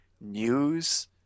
news